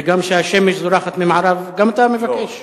וגם שהשמש זורחת במערב, גם אתה מבקש?